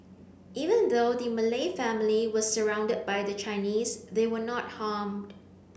even though the Malay family was surrounded by the Chinese they were not harmed